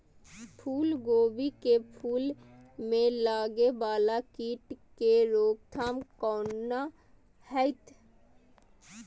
फुल गोभी के फुल में लागे वाला कीट के रोकथाम कौना हैत?